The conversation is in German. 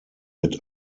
mit